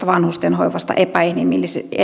vanhustenhoivasta epäinhimillistä